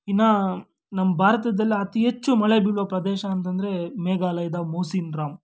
ಇನ್ನು ನಮ್ಮ ಭಾರತದಲ್ಲಿ ಅತಿ ಹೆಚ್ಚು ಮಳೆ ಬೀಳುವ ಪ್ರದೇಶ ಅಂತ ಅಂದರೆ ಮೇಘಾಲಯದ ಮೌಸಿನ್ ರಾಮ್